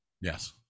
Yes